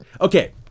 okay